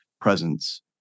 presence